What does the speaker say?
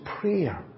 prayer